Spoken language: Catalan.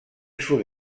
sud